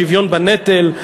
השוויון בנטל.